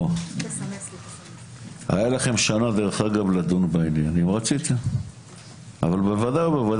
מוכר אצל עבריינים או אצל עבריינים מועדים.